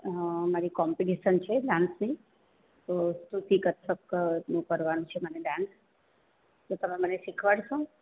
હ મારી કોમ્પિટિશન છે ડાન્સની તો સ્તુતિ કથકનું કરવાનું છે મારે ડાન્સ કરવાનો તો તમે મને શીખવાડશો